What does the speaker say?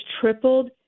tripled